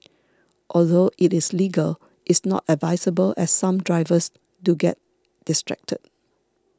although it is legal is not advisable as some drivers do get distracted